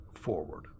forward